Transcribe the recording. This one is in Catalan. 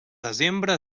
desembre